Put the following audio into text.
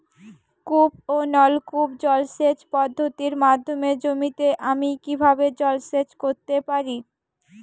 কূপ ও নলকূপ জলসেচ পদ্ধতির মাধ্যমে জমিতে আমি কীভাবে জলসেচ করতে পারি?